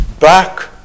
back